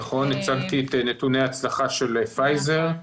נכון הצגתי את נתוני ההצלחה של פייזר,